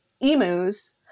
emus